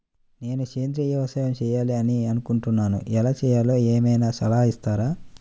నేను సేంద్రియ వ్యవసాయం చేయాలి అని అనుకుంటున్నాను, ఎలా చేయాలో ఏమయినా సలహాలు ఇస్తారా?